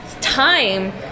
time